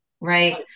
right